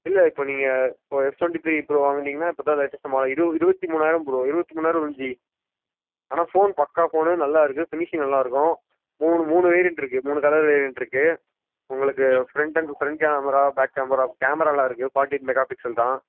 இல்ல இப்போ நீங்க இப்போ எஃப் டொண்ட்டி த்ரீ ப்ரோ வாங்குனீங்கன்னா இப்ப இதான் லேட்டஸ்ட்டு மாடல் இருவ இருபத்தி மூணாயிரம் ப்ரோ இருபத்தி மூணாயிரம் வரும் ஜி ஆனால் ஃபோன் பக்கா ஃபோன்னு நல்லா இருக்கு ஃபினிஷிங் நல்லா இருக்கும் மூணு மூணு வேரியண்ட் இருக்கு மூணு கலர் வேரியண்ட் இருக்கு உங்களுக்கு front and front camera back camera camera நல்லா இருக்கு ஃபார்ட்டி எயிட் மெகாபிக்சல் தான்